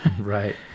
Right